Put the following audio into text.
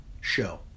show